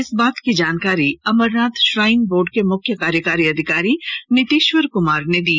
इस बात की जानकारी अमरनाथ श्राइन बोर्ड के मुख्य कार्यकारी अधिकारी नीतीश्वर कुमार ने दी